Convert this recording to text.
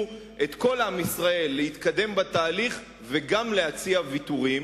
את כל עם ישראל להתקדם בתהליך וגם להציע ויתורים,